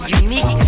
unique